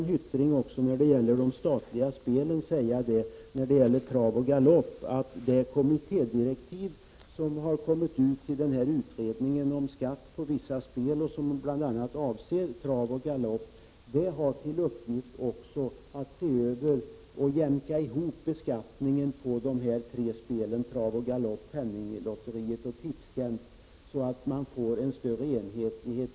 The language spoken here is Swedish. Enligt mitt sätt att se faller då denna tanke. Till Jan Hyttring vill jag säga att kommittédirektiven med anledning av utredningen om skatt på vissa spel — bl.a. vad gäller AB Trav och Galopp - innebär att utredningen skall se över och jämka ihop beskattningen i fråga om Trav och Galopp, Penninglotteriet och Tipstjänst så att det blir en större enhetlighet i detta.